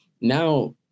Now